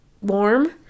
warm